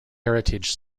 heritage